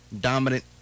dominant